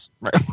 Right